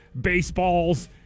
baseballs